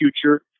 future